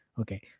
Okay